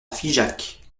figeac